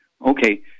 Okay